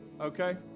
okay